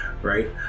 right